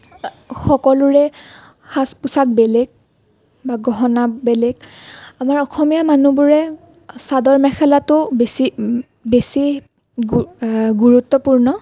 সকলোৰে সাজ পোচাক বেলেগ বা গহনা বেলেগ আমাৰ অসমীয়া মানুহবোৰে চাদৰ মেখেলাটো বেছি বেছি গুৰুত্বপূৰ্ণ